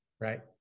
right